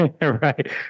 right